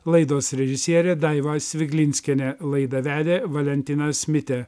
laidos režisierė daiva sviglinskienė laidą vedė valentinas mitė